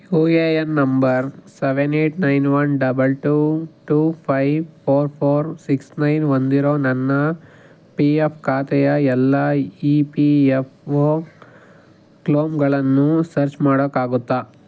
you A N number seven eight nine one double two two five four four six nine ಹೊಂದಿರೊ ನನ್ನ P F ಖಾತೆಯ ಎಲ್ಲ E P F O ಕ್ಲೋಮ್ಗಳನ್ನು search ಮಾಡಕ್ಕಾಗುತ್ತಾ